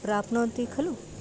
प्राप्नोति खलु